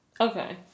Okay